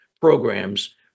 programs